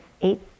eight